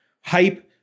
hype